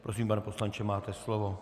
Prosím, pane poslanče, máte slovo.